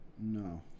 No